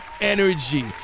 energy